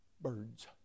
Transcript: birds